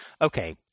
Okay